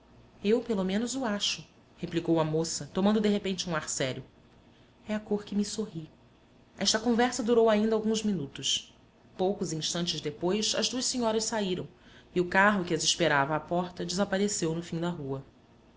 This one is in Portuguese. eu pelo menos o acho replicou a moça tomando de repente um ar sério é a cor que me sorri esta conversa durou ainda alguns minutos poucos instantes depois as duas senhoras saíram e o carro que as esperava à porta desapareceu no fim da rua